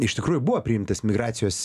iš tikrųjų buvo priimtas migracijos